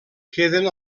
queden